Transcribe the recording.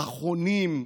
פחונים,